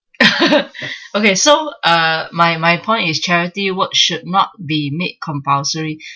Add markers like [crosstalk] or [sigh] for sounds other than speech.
[laughs] okay so uh my my point is charity work should not be made compulsory